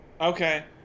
Okay